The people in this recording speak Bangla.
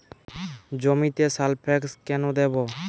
জমিতে সালফেক্স কেন দেবো?